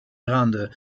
grande